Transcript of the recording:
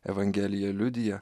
evangelija liudija